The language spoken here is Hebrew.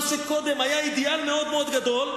מה שקודם היה אידיאל מאוד מאוד גדול,